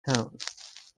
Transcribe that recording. tones